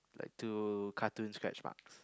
like two cartoon scratch marks